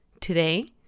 Today